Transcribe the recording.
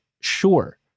Sure